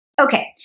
Okay